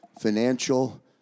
Financial